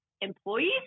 employees